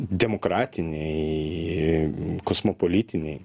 demokratinėj kosmopolitinėj